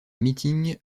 meetings